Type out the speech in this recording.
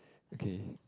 okay